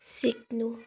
सिक्नु